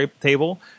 table